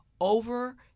over